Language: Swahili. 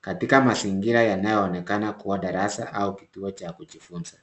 Katika mazingira yanayoonekana kuwa darasa au kituo cha kujifunza.